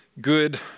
Good